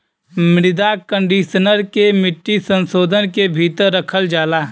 मृदा कंडीशनर के मिट्टी संशोधन के भीतर रखल जाला